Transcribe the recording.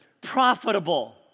profitable